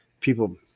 people